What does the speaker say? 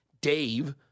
Dave